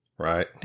Right